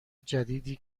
جدیدی